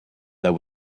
there